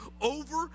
over